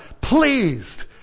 pleased